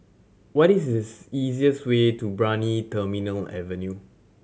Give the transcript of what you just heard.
what is this easiest way to Brani Terminal Avenue